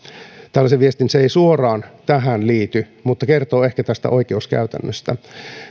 tällaisen viestin joka ei suoraan tähän liity mutta kertoo ehkä tästä oikeuskäytännöstä